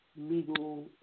legal